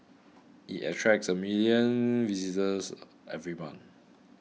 it attracts a million visitors every month